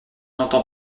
entend